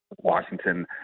Washington